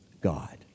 God